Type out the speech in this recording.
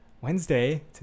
Wednesday